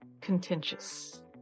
contentious